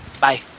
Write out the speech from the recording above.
Bye